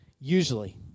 Usually